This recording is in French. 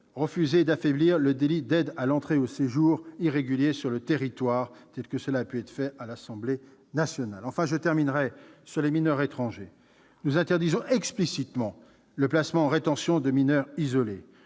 refusé d'affaiblir le délit d'aide à l'entrée et au séjour irrégulier sur le territoire, ainsi que cela avait été fait à l'Assemblée nationale. S'agissant des mineurs étrangers, nous interdisons explicitement le placement en rétention de mineurs isolés